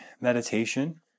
meditation